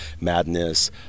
Madness